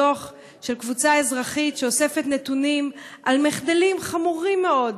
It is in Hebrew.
דוח של קבוצה אזרחית שאוספת נתונים על מחדלים חמורים מאוד,